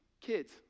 Kids